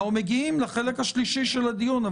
אנחנו מגיעים לחלק השלישי של הדיון.